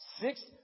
Six